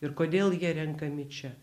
ir kodėl jie renkami čia